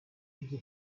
diese